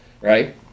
right